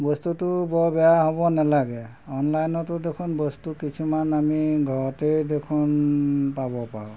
বস্তুটো বৰ বেয়া হ'ব নালাগে অনলাইনতো দেখোন বস্তু কিছুমান আমি ঘৰতেই দেখোন পাব পাৰোঁ